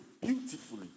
beautifully